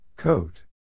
Coat